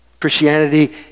Christianity